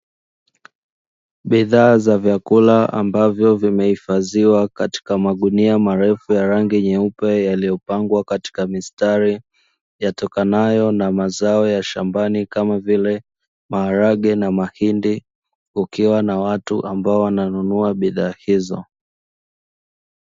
Bidhaa za vyakula ambavyo vimehifadhiwa katika magunia marefu ya rangi nyeupe yaliyopangwa katika mistari yatokanayo na mazao ya shambani kama vile maharage na mahindi ukiwa na watu ambao wananunua bidhaa hizo